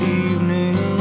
evening